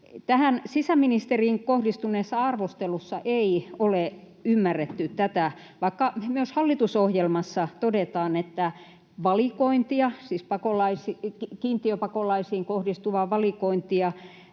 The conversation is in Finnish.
Tässä sisäministeriin kohdistuneessa arvostelussa ei ole ymmärretty tätä, vaikka myös hallitusohjelmassa todetaan, että kiintiöpakolaisiin kohdistuvaa valikointia